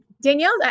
Danielle